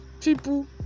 people